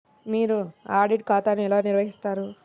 మీరు ఆడిట్ ఖాతాను ఎలా నిర్వహిస్తారు?